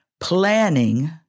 planning